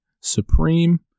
Supreme